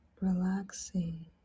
relaxing